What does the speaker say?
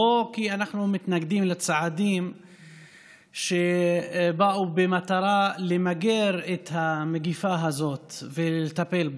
לא כי אנחנו מתנגדים לצעדים שבאו במטרה למגר את המגפה הזאת ולטפל בה,